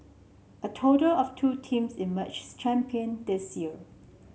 a total of two teams emerged champion this year